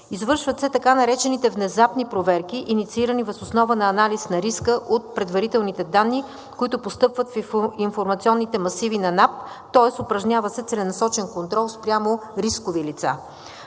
Извършват се така наречените внезапни проверки, инициирани въз основа на анализ на риска от предварителните данни, които постъпват в информационните масиви на НАП, тоест упражнява се целенасочен контрол спрямо рискови лица.